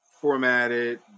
formatted